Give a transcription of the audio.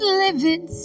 living